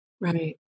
Right